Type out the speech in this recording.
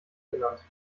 genannt